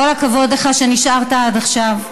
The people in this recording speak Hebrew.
כל הכבוד לך שנשארת עד עכשיו.